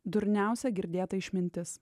durniausia girdėta išmintis